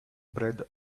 bread